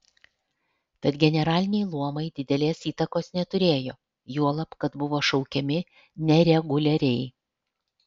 tad generaliniai luomai didelės įtakos neturėjo juolab kad buvo šaukiami nereguliariai